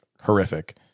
horrific